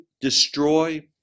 destroy